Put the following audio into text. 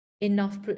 enough